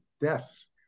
deaths